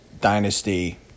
dynasty